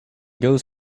goes